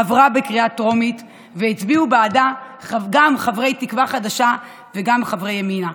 עברה בקריאה טרומית והצביעו בעדה גם חברי תקווה חדשה וגם חברי ימינה.